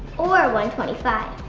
or one twenty five.